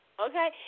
okay